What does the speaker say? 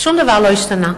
שום דבר לא השתנה.